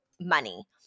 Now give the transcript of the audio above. money